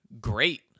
great